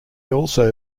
also